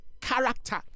character